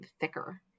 thicker